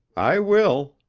i will.